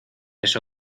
eso